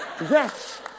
yes